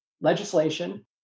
legislation